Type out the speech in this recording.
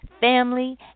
family